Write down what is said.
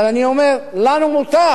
אבל אני אומר: לנו מותר.